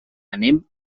anem